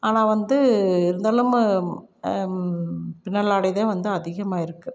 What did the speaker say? ஆனால் வந்து இருந்தாலும் பின்னலாடை தான் வந்து அதிகமாக இருக்குது